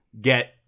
get